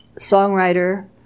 songwriter